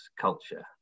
culture